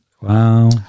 Wow